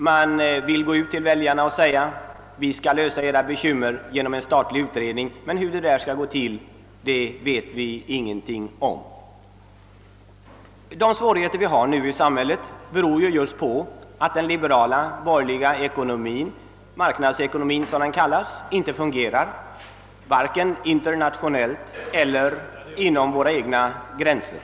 Man vill gå till väljarna och säga: Vi skall lösa era bekymmer genom en statlig utredning; men hur det skall gå till vet vi ingenting om. De svårigheter vi har i samhället beror på att den liberala borgerliga:ekonomin, marknadsekonomin, . :som. den kallas, inte fungerar vare sig internationellt eller inom våra egna” gränser.